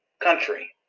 country